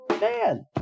man